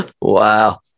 wow